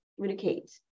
communicate